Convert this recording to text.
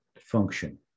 function